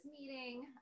meeting